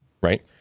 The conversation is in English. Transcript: right